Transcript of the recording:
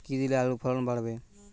কী দিলে আলুর ফলন বাড়বে?